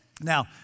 Now